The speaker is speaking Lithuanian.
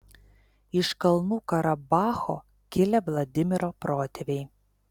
iš kalnų karabacho kilę vladimiro protėviai